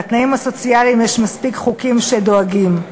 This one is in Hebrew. לתנאים הסוציאליים יש מספיק חוקים שדואגים.